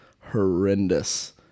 horrendous